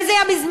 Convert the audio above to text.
וזה היה בזמני,